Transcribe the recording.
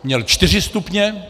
Měl čtyři stupně.